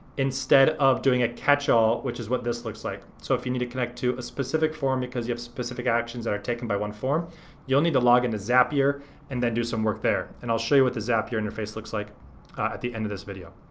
instead of doing a catch all which is what this looks like. so if you need to connect to a specific form because you have specific that are taken by one form you'll need to log into zapier and then do some work there. and i'll show you what the zapier interface looks like at the end of this video.